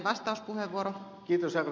arvoisa rouva puhemies